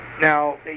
Now